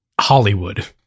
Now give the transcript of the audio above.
hollywood